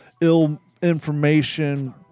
ill-information